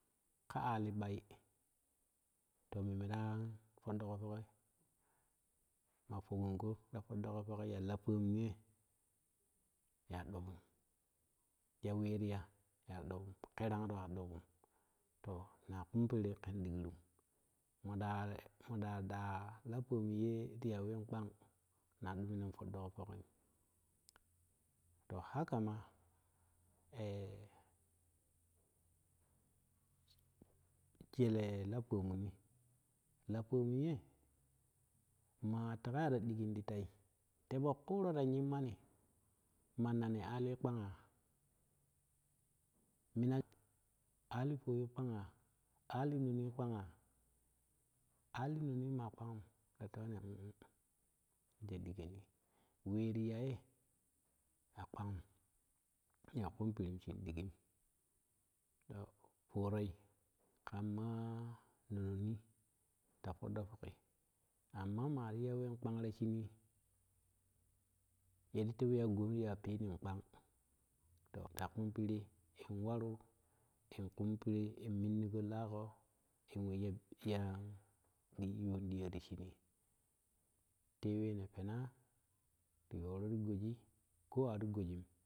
Ka ali ɓai to memme to ƙonɗi kon fokki maa fowongo ta foddo foki ya la pamun ye aɗobom ya wee ti ya ya dopom kerang ro adopom to naa kun piri ken digrum nooɗa mooɗa ɗa lapomun ye ti ya ween kpang naa dumi nen yidɗogo fokkim to haka maa ee jele lapone ni laponunye maa tega yata digin ti tei tepo kuuro ta nyim mani mannani alii kpanga mina ali fowi kpanga ali nonii kpangaa ali noni maa kpanguu ta tewoni um um de diganii wee ti ya ye a kpangum minaa kum piri shim ɗigim to foorei kan maa nononni ta foddo fokko amma maa ti ya ween kpang ta shinii yeti twei ta goji ya peenin kpang ta shinii to ta kum piri in waru in piri in minugo laago in wejo piya in yuun diyo ti shimii tee wee ne peenaa to yooro ti goji koo ati gojim.